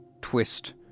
twist